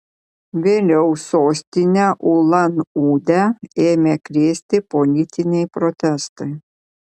vėliau sostinę ulan udę ėmė krėsti politiniai protestai